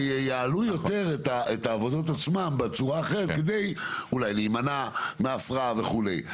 וייעלו יותר את העבודות עצמן בצורה אחרת כדי אולי להימנע מהפרעה וכולי.